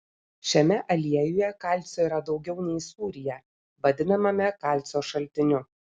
šiame aliejuje kalcio yra daugiau nei sūryje vadinamame kalcio šaltiniu